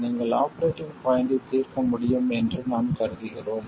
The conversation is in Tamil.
நீங்கள் ஆபரேட்டிங் பாய்ண்ட்டை தீர்க்க முடியும் என்று நாம் கருதுகிறோம்